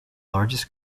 largest